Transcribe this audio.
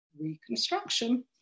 Reconstruction